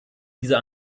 dieser